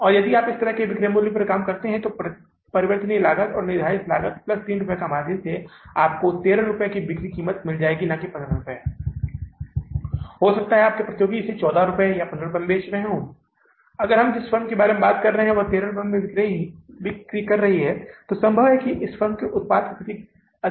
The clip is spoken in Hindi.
नहीं हमें अब फिक्सचर्स के लिए कुछ भी भुगतान नहीं करना है इसलिए फिक्सचर्स और निश्चित खर्च हाँ अब आपको निश्चित खर्च करने होंगे जो कि हमेशा तय रहते हैं हमें 55000 डॉलर का भुगतान करना होगा जो हम इस फिक्सचर्स के लिए भुगतान कर रहे हैं हम कुछ भी भुगतान नहीं कर रहे हैं क्योंकि केवल फिक्सचर्स का अधिग्रहण किया गया था और जून के महीने में भुगतान किया जाना था जिसे मई के महीने में अधिग्रहण किया गया था और इसके लिए भुगतान हमें जून के महीने में करना होगा